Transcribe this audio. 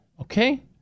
okay